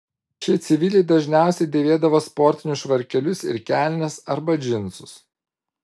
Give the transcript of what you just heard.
šie civiliai dažniausiai dėvėdavo sportinius švarkelius ir kelnes arba džinsus